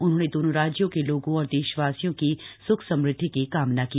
उन्होंने दोनों राज्यों के लोगों और देशवासियों की स्ख समृद्धि की कामना की